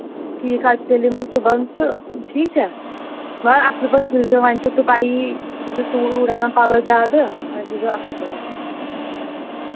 ٹھیٖک حظ چھُ تیٚلہِ یِم بہٕ صُبحَن تہٕ ٹھیٖک چھا مگر اَصٕل پٲٹھۍ سُوۍزیو وۄںۍ چھو تۄہہِ پَیی بہٕ چھَس اوٗرۍ اَنان پَلو زیادٕ وۄنۍ سُوۍزیو اَصٕل پٲٹھۍ